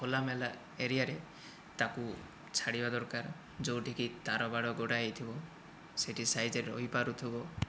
ଖୋଲା ମେଲା ଏରିୟାରେ ତାକୁ ଛାଡ଼ିବା ଦରକାର ଯେଉଁଠିକି ତା'ର ବାଡ଼ ଗୁଡ଼ା ହୋଇଥିବ ସେହିଠି ସାଇଜ୍ରେ ରହିପାରୁଥିବ